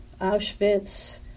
Auschwitz